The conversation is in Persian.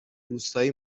روستایی